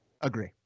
Agree